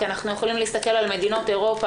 כי אנחנו יכולים להסתכל על מדינות אירופה,